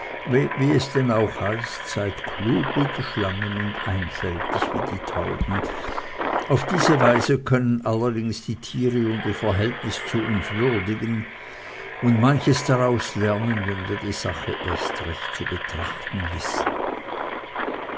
wie es denn auch heißt seid klug wie die schlangen und einfältig wie die tauben auf diese weise können wir allerdings die tiere und ihr verhältnis zu uns würdigen und manches daraus lernen wenn wir die sache recht zu betrachten wissen